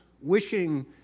wishing